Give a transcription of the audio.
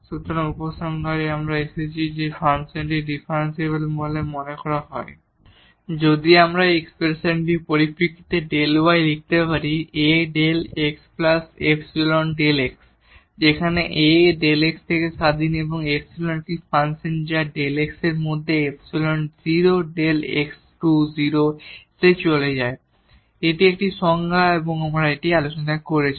সুতরাং উপসংহারে এসে আমরা দেখেছি যে এই ফাংশনটি ডিফারেনশিবল বলে মনে করা হয় যদি আমরা এই এক্সপ্রেশনটির পরিপ্রেক্ষিতে Δ y লিখতে পারি A Δ xϵ Δ x যেখানে A Δ x থেকে স্বাধীন এবং ইপসিলন একটি ফাংশন Δ x এর মধ্যে এমন যে ইপসিলন 0 Δ x → 0 এ চলে যায় এটি একটি সংজ্ঞা যা আমরা আলোচনা করেছি